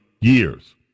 years